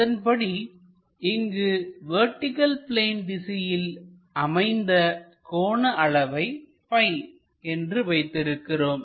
அதன்படி இங்கு vertical plane திசையில் அமைந்த கோண அளவை ப்பி என்று வைத்திருக்கிறோம்